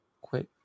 quick